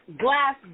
Glass